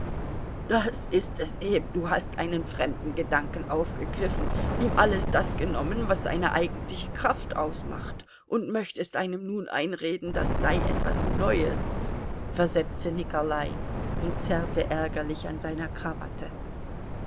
das ist es eben du hast einen fremden gedanken aufgegriffen ihm alles das genommen was seine eigentliche kraft ausmacht und möchtest einem nun einreden das sei etwas neues versetzte nikolai und zerrte ärgerlich an seiner krawatte